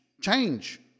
Change